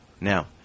Now